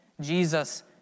Jesus